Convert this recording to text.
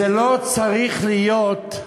זה לא צריך להיות,